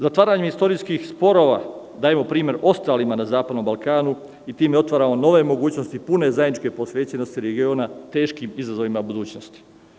Zatvaranjem istorijskih sporova dajemo primer ostalima na zapadnom Balkanu i time otvaramo nove mogućnosti pune zajedničke posvećenosti regiona teškim izazovima budućnosti.